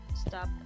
stop